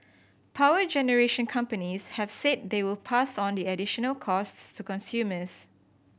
power generation companies have said they will pass on the additional costs to consumers